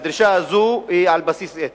הדרישה הזאת היא על בסיס אתני.